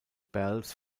belts